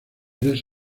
eres